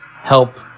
help